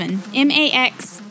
M-A-X